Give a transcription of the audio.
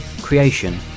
creation